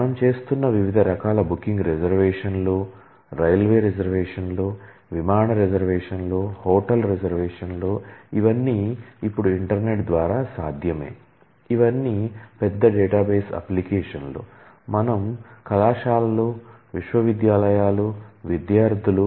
మనం చేస్తున్న వివిధ రకాల బుకింగ్ రిజర్వేషన్లు